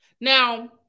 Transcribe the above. Now